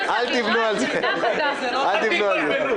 אין נמנעים, אין מתנגדים.